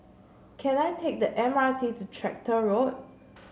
can I take the M R T to Tractor Road